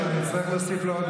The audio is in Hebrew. סליחה,